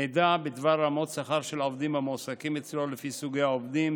מידע בדבר רמות שכר של עובדים המועסקים אצלו לפי סוגי עובדים,